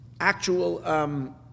actual